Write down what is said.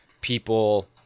people